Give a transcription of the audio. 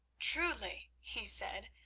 truly, he said,